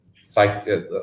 psych